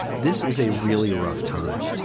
this is a really rough time.